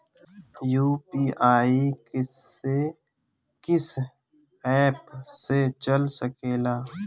UPI किस्से कीस app से चल सकेला?